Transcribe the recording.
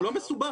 לא מסובך.